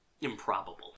improbable